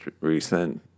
recent